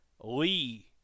Lee